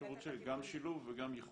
האפשרות של גם שילוב וגם איחוד.